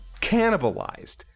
cannibalized